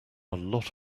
lot